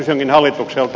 kysynkin hallitukselta